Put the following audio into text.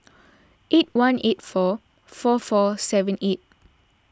eight one eight four four four seven eight